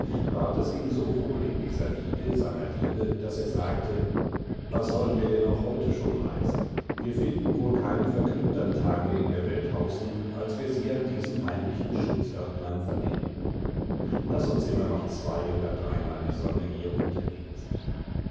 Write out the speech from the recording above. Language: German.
ward es ihm so wohl in dieser wiege seiner liebe daß er sagte was sollen wir denn auch heute schon reisen wir finden wohl keine vergnügtern tage in der welt haußen als wir sie an diesem heimlichen schutzörtlein verlebten laß uns immer noch zwei oder dreimal die sonne hier untergehn sehn